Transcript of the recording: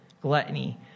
gluttony